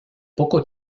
poco